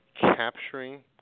capturing